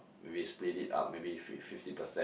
maybe you split it up maybe you fif~ fifty percent